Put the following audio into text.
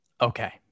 okay